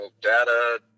data